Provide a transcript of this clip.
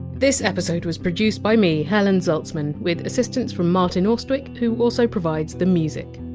this episode was produced by me, helen zaltzman, with assistance from martin austwick, who also provides the music.